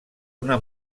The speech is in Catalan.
una